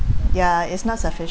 ya it's not sufficient